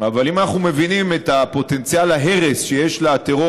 אבל אם אנחנו מבינים את פוטנציאל ההרס שיש לטרור